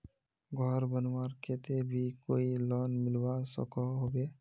घोर बनवार केते भी कोई लोन मिलवा सकोहो होबे?